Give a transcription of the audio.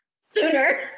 sooner